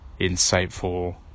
insightful